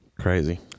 Crazy